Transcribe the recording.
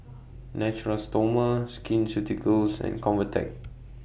Natura Stoma Skin Ceuticals and Convatec